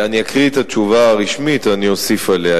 אני אקריא את התשובה הרשמית ואני אוסיף עליה.